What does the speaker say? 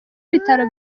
w’ibitaro